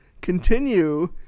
continue